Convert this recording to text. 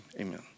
amen